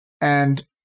and-